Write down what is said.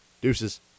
Deuces